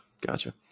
gotcha